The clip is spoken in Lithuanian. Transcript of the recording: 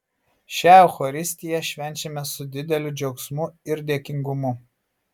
šią eucharistiją švenčiame su dideliu džiaugsmu ir dėkingumu